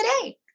today